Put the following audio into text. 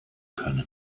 können